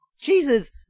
Jesus